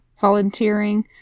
volunteering